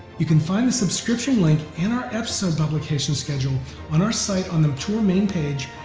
you can find the subscription link and our episode publication schedule on our site on the tour main page,